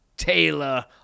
Taylor